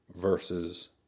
versus